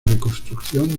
reconstrucción